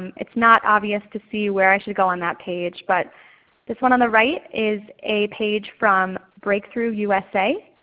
it's not obvious to see where i should go on that page. but this one on the right is a page from breakthrough usa.